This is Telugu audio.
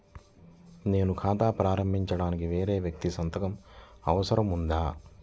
నేను ఖాతా ప్రారంభించటానికి వేరే వ్యక్తి సంతకం అవసరం ఉందా?